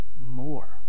more